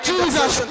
Jesus